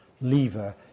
Lever